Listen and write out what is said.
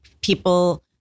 people